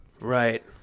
Right